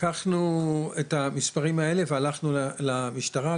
לקחנו את המספרים האלה והלכנו למשטרה,